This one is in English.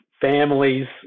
families